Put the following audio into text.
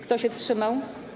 Kto się wstrzymał?